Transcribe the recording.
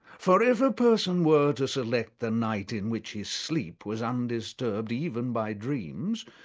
for if a person were to select the night in which his sleep was undisturbed even by dreams,